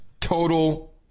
Total